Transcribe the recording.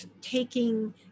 taking